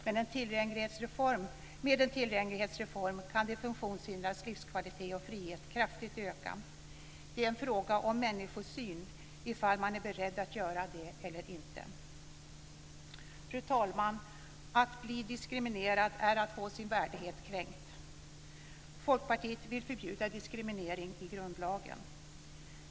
Med en tillgänglighetsreform kan de funktionshindrades livskvalitet och frihet kraftigt öka. Det är en fråga om människosyn ifall man är beredd att göra det eller inte. Fru talman! Att bli diskriminerad är att få sin värdighet kränkt. Folkpartiet vill förbjuda diskriminering i grundlagen.